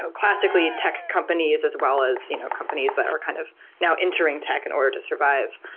so classically, tech companies as well as you know companies that are kind of now entering tech in order to survive.